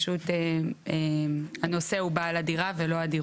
אני חושב שבאמת הדיון פה הוא לא לצורך.